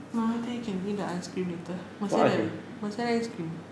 mm I think I can eat the ice cream later masih ada masih ada ice cream